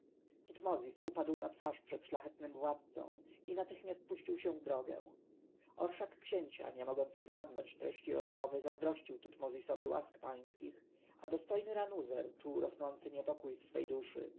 wiadomościami tutmozis upadł na twarz przed szlachetnym władcą i natychmiast puścił się w drogę orszak księcia nie mogąc odgadnąć treści rozmowy zazdrościł tutmozisowi łask pańskich a dostojny ranuzer czuł rosnący niepokój w swej duszy